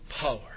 power